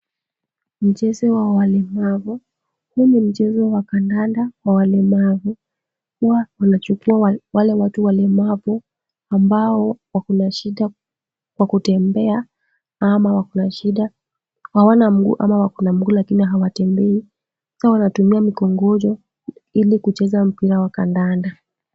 Mchezo wa walemavu, huu ni mchezo wa kandanda wa walemavu. Huwa wanachukua wale watu walemavu ambao wako na shida ya kutembea ama wako na shida, hawana mguu ama wako na mguu lakini hawatembei, sasa wanatumia mikongole ili kucheza mpira wa kandanda.